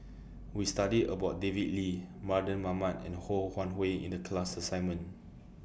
We studied about David Lee Mardan Mamat and Ho Wan Hui in The class assignment